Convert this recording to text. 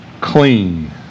clean